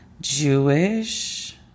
Jewish